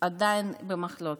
עדיין במחלוקת.